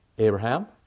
Abraham